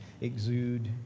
exude